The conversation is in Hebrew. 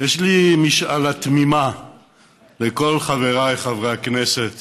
יש לי משאלה תמימה לכל חבריי חברי הכנסת